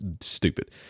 stupid